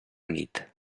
nit